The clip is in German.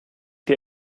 dir